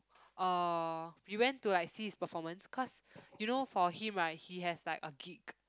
uh we went to like see his performance cause you know for him right he has like a gig